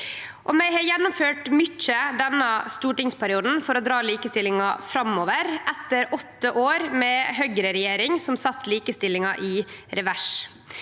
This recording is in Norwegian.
Vi har gjennomført mykje denne stortingsperioden for å dra likestillinga framover etter åtte år med Høgre i regjering, som sette likestillinga i revers.